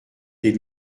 des